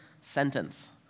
sentence